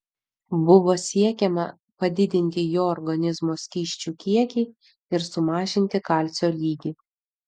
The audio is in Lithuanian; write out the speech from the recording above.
buvo siekiama padidinti jo organizmo skysčių kiekį ir sumažinti kalcio lygį